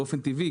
באופן טבעי,